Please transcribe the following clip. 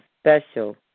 special